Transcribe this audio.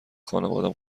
خانوادم